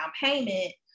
payment